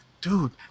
dude